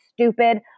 stupid